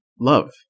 love